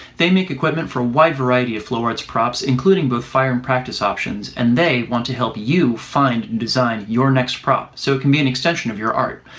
they make equipment for a wide variety of flow arts props including both fire and practice options and they want to help you find and design your next prop so it can be an extension of your art.